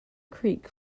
creek